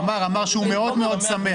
כשהוא אומר דברים כאלה, שיחייך.